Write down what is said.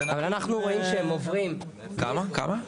כמה?